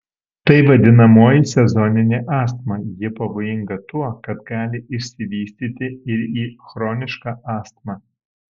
tai vadinamoji sezoninė astma ji pavojinga tuo kad gali išsivystyti ir į chronišką astmą